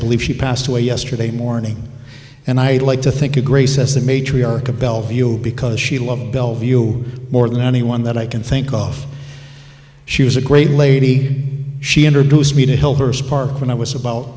believe she passed away yesterday morning and i like to think of grace as the matriarch of bellevue because she loved bellevue more than anyone that i can think of she was a great lady she introduced me to help her spark when i was about